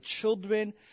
children